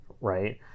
right